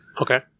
Okay